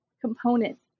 component